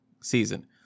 season